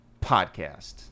podcast